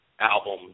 album